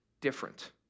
different